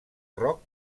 roc